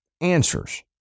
answers